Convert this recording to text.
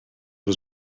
was